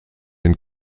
den